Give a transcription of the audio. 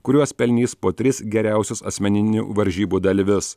kuriuos pelnys po tris geriausius asmeninių varžybų dalyvius